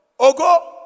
Ogo